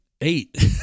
eight